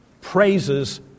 praises